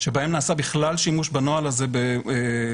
שבהם נעשה בכלל שימוש בנוהל הזה בנוסחו